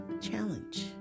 challenge